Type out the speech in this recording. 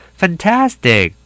fantastic